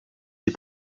des